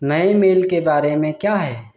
نئے میل کے بارے میں کیا ہے